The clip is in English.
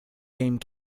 game